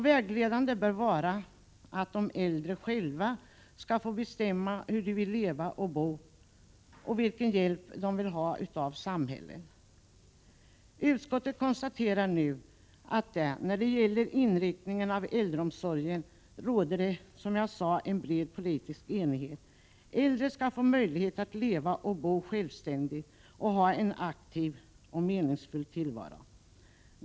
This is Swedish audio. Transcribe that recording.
Vägledande bör vara att de äldre själva skall få bestämma hur de vill leva och bo — och vilken hjälp de vill ha av samhället. Utskottet konstaterar nu att när det gäller inriktningen av äldreomsorgen råder det, som jag sade, en bred politisk enighet. Äldre skall få möjlighet att leva och bo självständigt och ha en aktiv och meningsfull tillvaro.